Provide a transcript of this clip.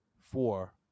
four